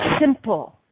simple